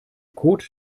kot